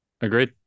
Agreed